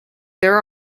there